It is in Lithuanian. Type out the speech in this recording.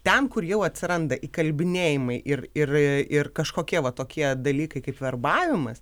ten kur jau atsiranda įkalbinėjimai ir ir ir kažkokie va tokie dalykai kaip verbavimas